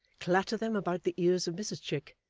clatter them about the ears of mrs chick,